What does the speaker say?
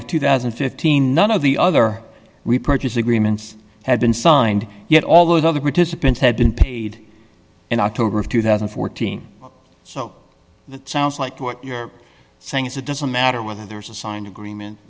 of two thousand and fifteen none of the other repurchase agreements have been signed yet all those other participants had been paid in october of two thousand and fourteen so it sounds like what you're saying is it doesn't matter whether there's a signed agreement